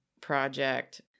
project